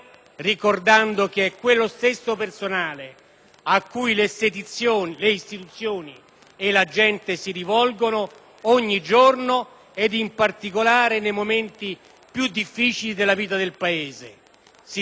a cui le istituzioni e la gente si rivolgono ogni giorno e in particolare nei momenti più difficili della vita del Paese, certi di ricevere sempre